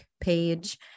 page